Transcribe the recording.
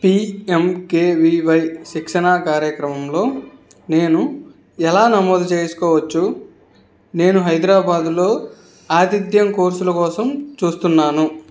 PMKVY శిక్షణా కార్యక్రమంలో నేను ఎలా నమోదు చేసుకోవచ్చు నేను హైదరాబాద్లో ఆతిథ్యం కోర్సుల కోసం చూస్తున్నాను